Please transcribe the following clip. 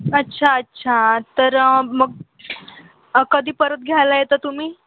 अच्छा अच्छा तर मग कधी परत घ्यायला येता तुम्ही